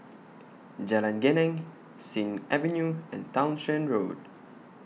Jalan Geneng Sing Avenue and Townshend Road